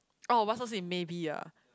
oh white socks in maybe ah